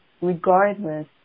regardless